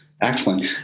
Excellent